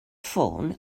ffôn